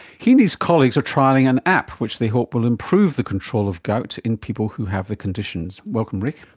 he and his colleagues are trialling an app which they hope will improve the control of gout in people who have the condition. welcome ric.